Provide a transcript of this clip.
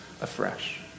afresh